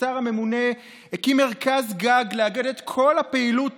השר הממונה הקים מרכז גג לאגד את כל הפעילות